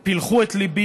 אז בפגישה פילחו את ליבי